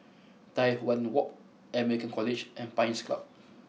Tai Hwan Walk American College and Pines Club